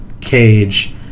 cage